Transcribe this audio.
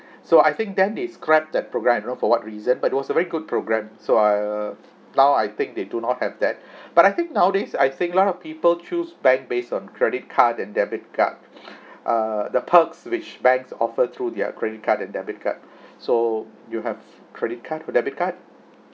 so I think then they scrap that programme I don't know for what reason but it was a very good programme so I err now I think they do not have that but I think nowadays I think a lot of people choose bank based on credit card and debit card uh the perks which bank offer through their credit card and debit card so you have credit card or debit card